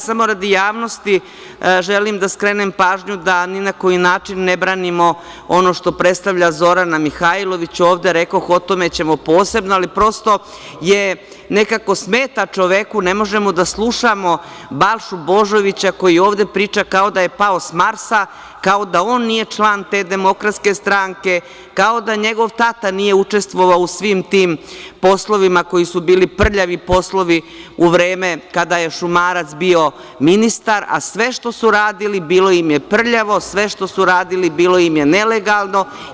Samo radi javnosti želim da skrenem pažnju da ni na koji način ne branimo ono što predstavlja Zorana Mihajlović ovde, rekoh o tome ćemo posebno, ali nekako smeta čoveku, ne možemo da slušamo Balšu Božovića koji ovde priča kao da je pao s Marsa, kao da on nije član te DS, kao da njegov tata nije učestvovao u svim tim poslovima koji su bili prljavi poslovi u vreme kada je Šumarac bio ministar, a sve što su radili, bilo im je prljavo, sve što su radili, bilo im je nelegalno.